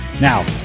Now